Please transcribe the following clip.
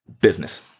business